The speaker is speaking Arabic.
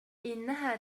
انها